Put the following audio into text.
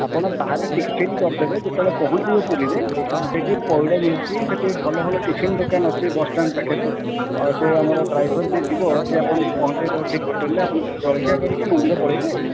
ଆପଣ ବାହାରେ ଟିଫିନ କରିଦେବେ ଯେତେବେଳେ ପହଞ୍ଚିବେ ପୁରୀରେ ସେଠି ପଇଡ଼ ମିଳୁଛି ସେଇଠି ଭଲ ଭଲ ଟିଫିନ ଦୋକାନ ଅଛି ବସଷ୍ଟାଣ୍ଡ ପାଖରେ ସେ ଆମର ଡ୍ରାଇଭର ଯେଉଁ ଯିବ ସେ ଆପଣଙ୍କୁ ପହଁଚେଇଦେବ ଠିକ ହୋଟେଲ ରେ ଆପଣ ଜଳଖିଆ କରିକି ମନ୍ଦିର ପଳେଇବେ